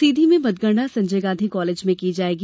सीधी में मतगणना संजय गांधी कॉलेज में की जायेगी